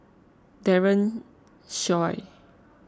Daren Shiau